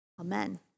Amen